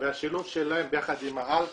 והשילוב שלהם ביחד עם האלכוהול,